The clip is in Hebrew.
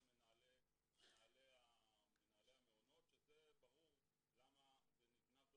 מנהל המעונות שזה ברור למה זה נבנה פה